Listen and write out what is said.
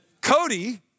Cody